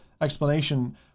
explanation